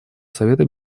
совета